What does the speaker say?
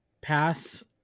pass